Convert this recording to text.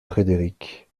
frédéric